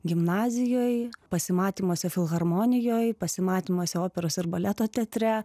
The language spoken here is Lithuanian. gimnazijoj pasimatymuose filharmonijoj pasimatymuose operos ir baleto teatre